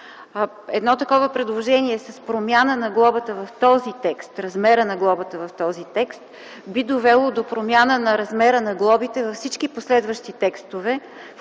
Едно такова предложение с промяна на размера на глобата в този текст би довело до промяна на размера на глобите във всички последващи текстове,